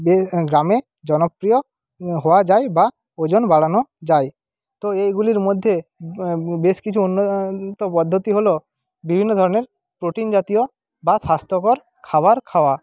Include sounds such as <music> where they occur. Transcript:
<unintelligible> গ্রামে জনপ্রিয় হওয়া যায় বা ওজন বাড়ানো যায় তো এইগুলির মধ্যে বেশ কিছু উন্নত পদ্ধতি হল বিভিন্ন ধরনের প্রোটিন জাতীয় বা স্বাস্থ্যকর খাবার খাওয়া